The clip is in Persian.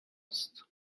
است